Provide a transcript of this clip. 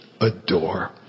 adore